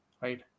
Right